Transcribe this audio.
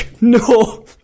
No